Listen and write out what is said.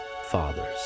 fathers